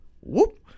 whoop